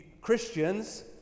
Christians